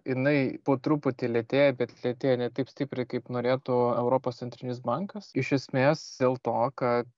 jinai po truputį lėtėja bet lėtėja ne taip stipriai kaip norėtų europos centrinis bankas iš esmės dėl to kad